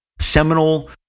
seminal